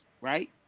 Right